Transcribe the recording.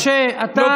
משה, אתה משקר.